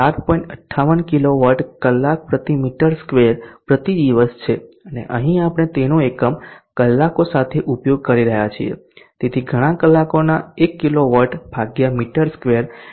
58 kilowatt કલાક પ્રતિ metre square પ્રતિ દિવસ છે અને અહીં આપણે તેનો એકમ કલાકો સાથે ઉપયોગ કરી રહ્યા છીએ તેથી ઘણા કલાકોના એક કિલો વોટ ભાગ્યા મીટર સ્ક્વેર ઇન્સ્યુલેશન છે